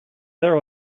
there